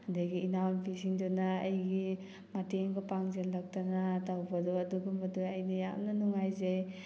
ꯑꯗꯒꯤ ꯏꯅꯥꯎꯅꯨꯄꯤꯁꯤꯡꯗꯨꯅ ꯑꯩꯒꯤ ꯃꯇꯦꯡꯒ ꯄꯥꯡꯖꯜꯂꯛꯇꯅ ꯇꯧꯕꯗꯣ ꯑꯗꯨꯒꯨꯝꯕꯗꯣ ꯑꯩꯗꯤ ꯌꯥꯝꯅ ꯅꯨꯡꯉꯥꯏꯖꯩ